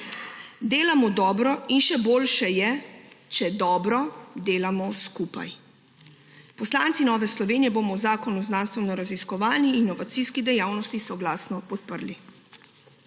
Delamo dobro in še boljše je, če dobro delamo skupaj. Poslanci Nove Slovenije bomo zakon o znanstvenoraziskovalni inovacijski dejavnosti soglasno podprli.